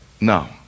No